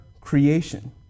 Creation